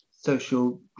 social